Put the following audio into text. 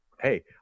Hey